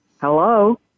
Hello